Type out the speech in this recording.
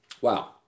Wow